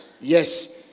Yes